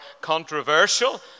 controversial